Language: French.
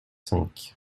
cinq